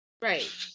Right